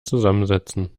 zusammensetzen